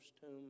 tomb